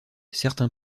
certains